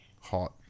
Hot